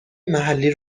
محلی